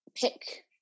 pick